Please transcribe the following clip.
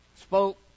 spoke